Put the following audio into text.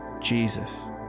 jesus